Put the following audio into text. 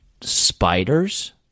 spiders